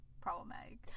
Problematic